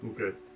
Okay